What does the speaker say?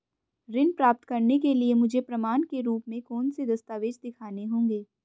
ऋण प्राप्त करने के लिए मुझे प्रमाण के रूप में कौन से दस्तावेज़ दिखाने होंगे?